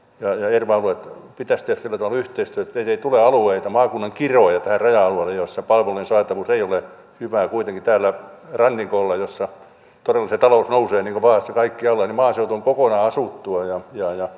erva alueiden pitäisi tehdä sillä tavalla yhteistyötä ettei tule maakunnan kiroja tähän raja alueelle alueita joissa palvelujen saatavuus ei ole hyvää kuitenkin täällä rannikolla jossa todella se talous nousee niin kuin vaasassa kaikkialla maaseutu on kokonaan asuttua